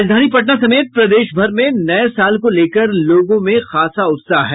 राजधानी पटना समेत प्रदेशभर में नये साल को लेकर लोगों में खासा उत्साह है